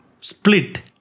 split